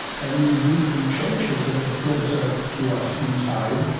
i mean winston churchill, sort of closer to us in time,